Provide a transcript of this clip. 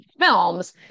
films